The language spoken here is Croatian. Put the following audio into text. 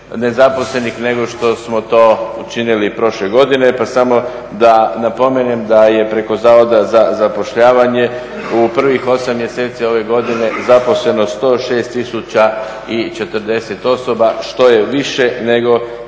nezaposlenih nego što smo to učinili prošle godine, pa samo da napomenem da je preko Zavoda za zapošljavanje u prvih 8 mjeseci ove godine zaposleno 106040 osoba, što je više nego